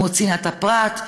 כמו צנעת הפרט,